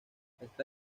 está